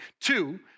Two